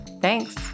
Thanks